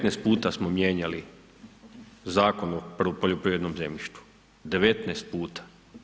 19 puta smo mijenjali Zakon o poljoprivrednom zemljištu, 19 puta.